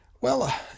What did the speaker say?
Well